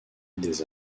des